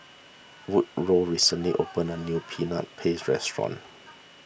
Woodroe recently opened a new Peanut Paste restaurant